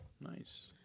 Nice